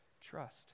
trust